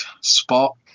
Spot